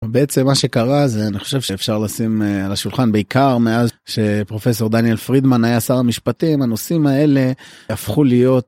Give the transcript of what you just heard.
בעצם מה שקרה זה אני חושב שאפשר לשים על השולחן בעיקר מאז שפרופסור דניאל פרידמן היה שר המשפטים הנושאים האלה הפכו להיות.